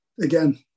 again